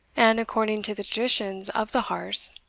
and, according to the traditions of the harz,